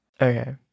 Okay